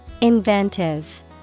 Inventive